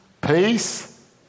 Peace